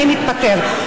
אני מתפטר.